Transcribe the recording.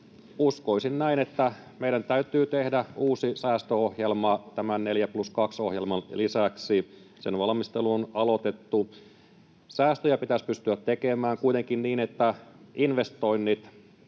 uskoisin näin, että meidän täytyy tehdä uusi säästöohjelma tämän neljä plus kaksi ‑ohjelman lisäksi. Sen valmistelu on aloitettu. Säästöjä pitäisi pystyä tekemään, kuitenkin niin, että investoinnit,